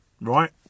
right